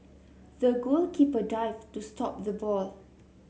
the goalkeeper dived to stop the ball